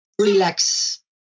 relax